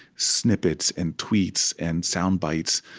snippets and tweets and soundbites